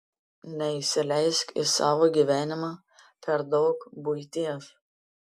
neįsileisk į savo gyvenimą per daug buities